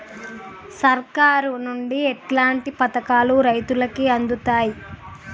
సర్కారు నుండి ఎట్లాంటి పథకాలు రైతులకి అందుతయ్?